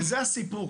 וזה הסיפור.